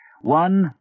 One